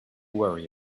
worry